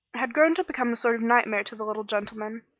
had grown to become a sort of nightmare to the little gentleman.